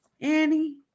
Annie